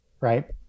right